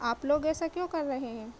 آپ لوگ ایسا کیوں کر رہے ہیں